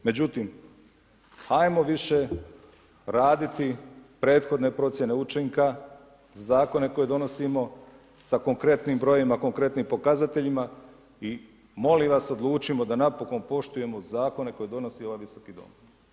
Međutim, ajmo više raditi prethodne procjene učinka, zakone koje donosimo, sa konkretnim brojevima, konkretnim pokazateljima i molim vas, odlučimo da napokon poštuje zakone koje donosi ovaj Visoki dom.